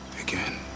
again